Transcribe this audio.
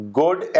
good